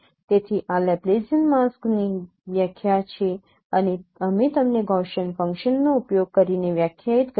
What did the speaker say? તેથી આ લેપ્લેસીયન માસ્કની વ્યાખ્યા છે અને અમે તમને ગૌસીયન ફંકશન નો ઉપયોગ કરીને વ્યાખ્યાયિત કરી છે